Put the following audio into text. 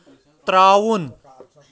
ترٛاوُن